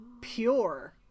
Pure